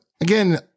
again